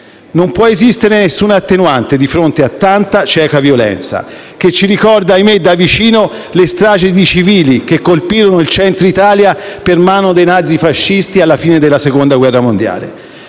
Non può esistere alcuna attenuante di fronte a tanta cieca violenza, che ci ricorda - ahimè - da vicino le stragi di civili che colpirono il centro Italia per mano dei nazifascisti alla fine della Seconda guerra mondiale.